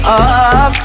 up